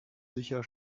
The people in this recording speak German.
sicher